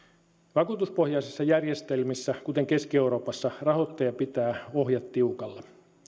vakuutuspohjaisissa järjestelmissä kuten keski euroopassa rahoittaja pitää ohjat tiukalla suomi